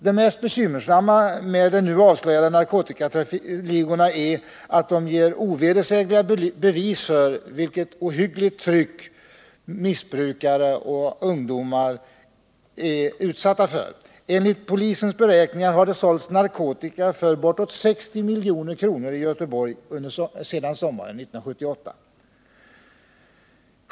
Det mest bekymmersamma med de nu avslöjade narkotikaligorna är att de ger ovedersägliga bevis för vilket ohyggligt tryck missbrukare och ungdomar är utsatta för. Enligt polisens beräkningar har det sålts narkotika för bortåt 60 milj.kr. i Göteborg sedan sommaren 1978.